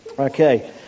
Okay